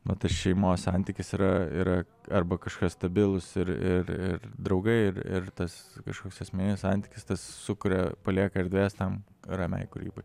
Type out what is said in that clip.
nu tas šeimos santykis yra yra arba kažkas stabilūs ir ir ir draugai ir ir tas kažkoks asmeninis santykis tas sukuria palieka erdvės tam ramiai kūrybai